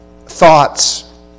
thoughts